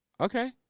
Okay